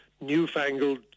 newfangled